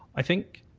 i think,